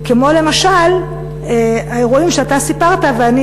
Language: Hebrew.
כמו למשל האירועים שאתה סיפרת עליהם?